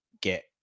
get